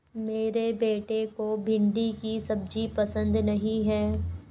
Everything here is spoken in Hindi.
मेरे बेटे को भिंडी की सब्जी पसंद नहीं है